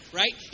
right